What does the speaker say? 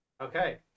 Okay